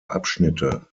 abschnitte